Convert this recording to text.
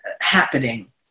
happening